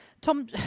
Tom